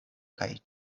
kaj